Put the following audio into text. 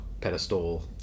pedestal